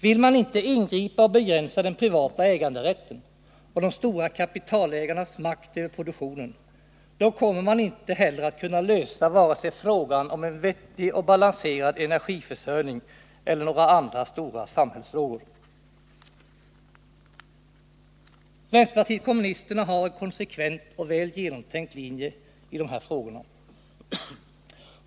Vill man inte ingripa och begränsa den privata äganderätten och de stora kapitalägarnas makt över produktionen, då kommer man inte heller att kunna lösa vare sig frågan om en vettig och balanserad energiförsörjning eller några andra stora samhällsfrågor. Vänsterpartiet kommunisterna har en konsekvent och väl genomtänkt linje i de här frågorna.